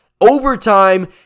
Overtime